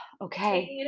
okay